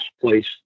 place